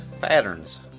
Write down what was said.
Patterns